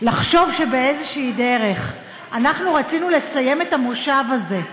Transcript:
לחשוב שבאיזושהי דרך אנחנו רצינו לסיים את המושב הזה,